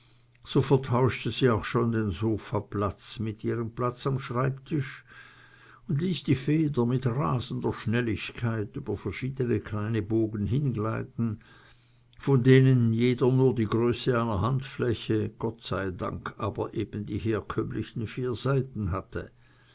so vertauschte sie auch schon den sofaplatz mit ihrem platz am schreibtisch und ließ die feder mit rasender schnelligkeit über verschiedene kleine bogen hingleiten von denen jeder nur die größe einer handfläche gott sei dank aber die herkömmlichen vier seiten hatte